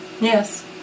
Yes